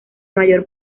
mayor